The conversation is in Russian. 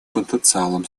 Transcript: потенциалом